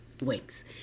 wings